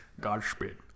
Godspeed